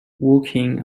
walking